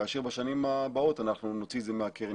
כאשר בשנים הבאות אנחנו נוציא את זה מהקרן